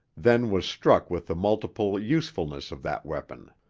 then was struck with the multiple usefulness of that weapon.